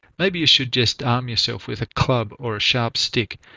maybe you should just arm yourself with a club or a sharp stick,